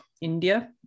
India